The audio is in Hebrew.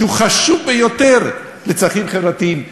שהוא חשוב ביותר לצרכים חברתיים,